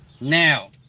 now